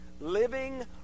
living